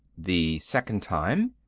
the second time?